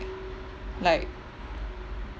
like